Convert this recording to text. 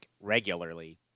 regularly